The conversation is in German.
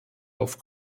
auf